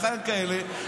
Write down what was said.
לא כאלה,